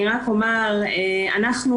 אנחנו,